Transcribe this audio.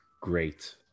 great